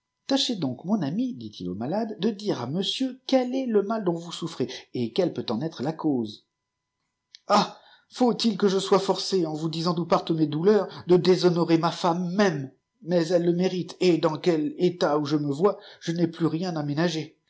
lâchez donc jnop ami dit-il au malade de dire à monsieur quel ea le niai k nt vous isouffrçz çt gqjyle peut en être la cause ah faut-il que je sois forcée en vous disant d'où partent mes douleurs de déshonorer ma femme même mais elle le mérite et dans rétjat où je me vois je n'ai plus rien à ménager